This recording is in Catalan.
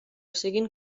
siguin